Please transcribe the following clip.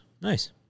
Nice